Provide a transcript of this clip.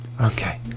Okay